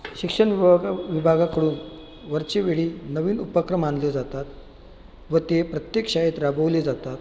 शिक्षण विभाभा विभागाकडून वरचेवेळी नवीन उपक्रम आणले जातात व ते प्रत्येक शाळेत राबवले जातात